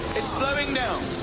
it's slowing down.